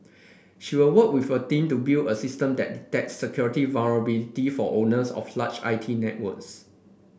she will work with a team to build a system that detects security vulnerability for owners of large I T networks